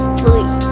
three